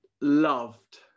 loved